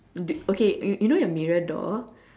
do okay you know your mirror door